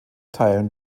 teilen